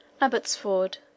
Abbotsford